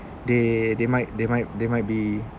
they they might they might they might be